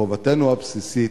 מחובתנו הבסיסית,